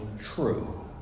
true